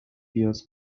pious